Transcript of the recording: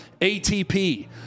ATP